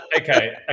Okay